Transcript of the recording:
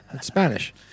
Spanish